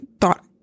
thought